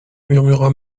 murmura